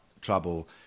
trouble